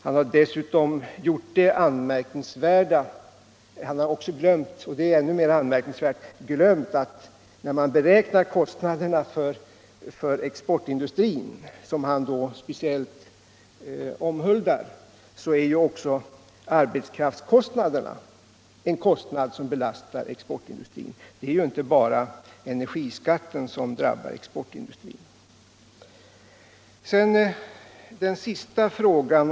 Han har också glömt — det är ännu mera anmärkningsvärt — att vid sina beräkningar för exportindustrin, som han speciellt omhuldar, ta med kostnaderna för arbetskraften. Det är inte bara energiskatten som drabbar exportindustrin.